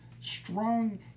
strong